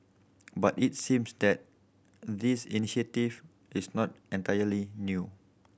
but it seems that this initiative is not entirely new